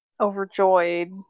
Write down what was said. overjoyed